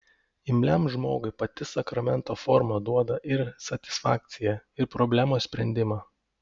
imliam žmogui pati sakramento forma duoda ir satisfakciją ir problemos sprendimą